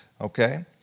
Okay